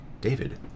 david